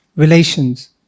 Relations